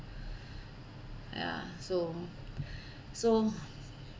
ya so so